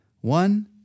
One